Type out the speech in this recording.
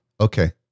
okay